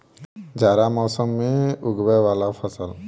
जाड़ा मौसम मे उगवय वला फसल?